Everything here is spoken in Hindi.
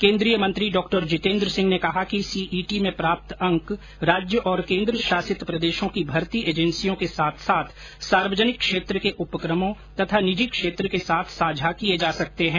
केंद्रीय मंत्री डॉ जितेन्द्र सिंह ने कहा कि सीईटी में प्राप्त अंक राज्य और केंद्र शासित प्रदेशों की भर्ती एजेंसियों के साथ साथ सार्वजनिक क्षेत्र के उपक्रमों तथा निजी क्षेत्र के साथ साझा किये जा सकते हैं